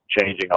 changing